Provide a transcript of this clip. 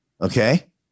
Okay